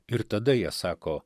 ir tada jie sako